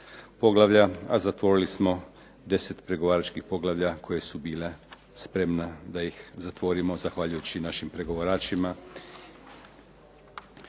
a zatvorili smo 10 pregovaračkih poglavlja koja su bila spremna da ih zatvorimo zahvaljujući našim pregovaračima.